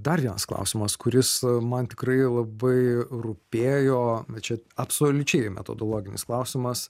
dar vienas klausimas kuris man tikrai labai rūpėjo bet čia absoliučiai metodologinis klausimas